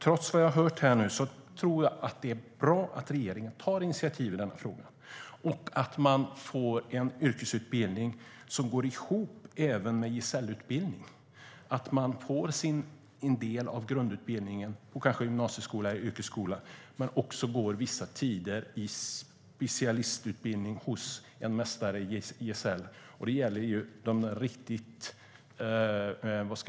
Trots vad jag har hört här tror jag att det är bra att regeringen tar initiativ i denna fråga och att man får en yrkesutbildning som går ihop även med gesällutbildning, så att man får en del av grundutbildningen och kanske även gymnasie och yrkesskola men också går vissa tider i specialistutbildning hos en mästare och blir gesäll.